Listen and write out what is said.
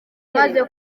maze